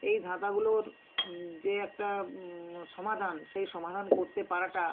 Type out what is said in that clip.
এই ধাঁধাগুলোর যে একটা সমাধান সেই সমাধান করতে পারাটা